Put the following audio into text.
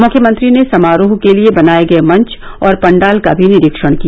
मुख्यमंत्री ने समारोह के लिए बनाए गए मंच और पंडाल का भी निरीक्षण किया